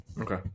Okay